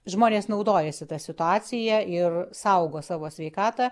žmonės naudojasi ta situacija ir saugo savo sveikatą